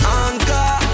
anchor